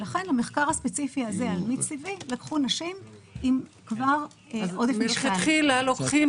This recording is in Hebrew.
לכן במחקר הספציפי הזה על מיץ טבעי לקחו נשים שהן כבר עם עודף משקל.